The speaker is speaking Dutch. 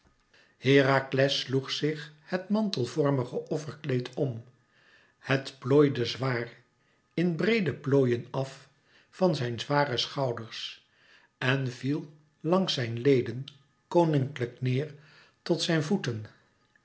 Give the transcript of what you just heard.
herakles sloeg zich het mantelvormige offerkleed om het plooide zwaar in breede plooien af van zijn zware schouders en viel langs zijn leden koninklijk neêr tot zijn voeten